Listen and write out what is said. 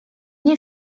nie